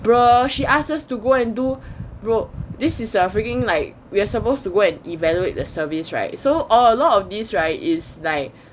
bro she ask us to go and do bro this is a freaking like we are supposed to go and evaluate the service right so a lot of these right is like